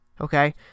Okay